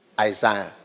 Isaiah